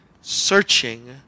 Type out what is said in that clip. searching